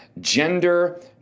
gender